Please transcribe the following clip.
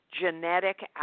genetic